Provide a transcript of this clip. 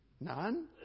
none